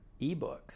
ebooks